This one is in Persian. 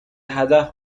هدف